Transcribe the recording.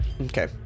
Okay